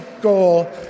goal